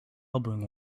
elbowing